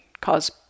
cause